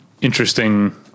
interesting